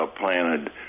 planted